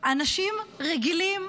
אנשים רגילים,